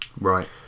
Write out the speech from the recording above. Right